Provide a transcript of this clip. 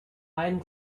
and